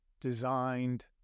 designed